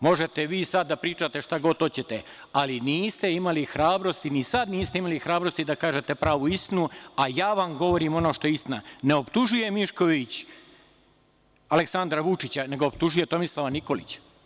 Možete vi sad da pričate šta god hoćete, ali niste imali hrabrosti, ni sad niste imali hrabrosti da kažete pravu istinu, a ja vam govorim ono što je istina, ne optužuje Mišković Aleksandra Vučića, nego optužuje Tomislava Nikolića.